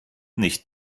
nicht